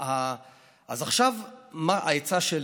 אז עכשיו, מה העצה שלי?